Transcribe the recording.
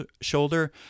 shoulder